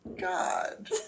God